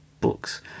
books